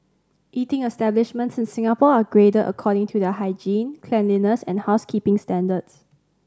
eating establishments in Singapore are graded according to their hygiene cleanliness and housekeeping standards